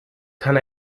kann